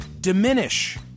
diminish